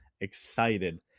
excited